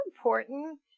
important